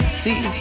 see